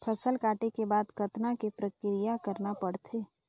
फसल काटे के बाद कतना क प्रक्रिया करना पड़थे?